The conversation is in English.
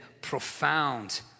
profound